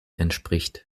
entspricht